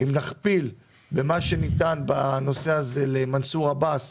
אם נכפיל במה שניתן בנושא הזה למנסור עבאס,